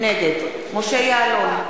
נגד משה יעלון,